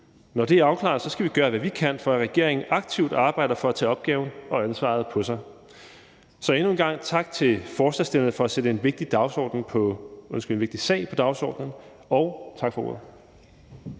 Når det er afklaret, skal vi gøre, hvad vi kan, for at regeringen arbejder aktivt for at tage opgaven og ansvaret på sig. Så endnu en gang tak til forslagsstillerne for at sætte en vigtig sag på dagsordenen, og tak for ordet.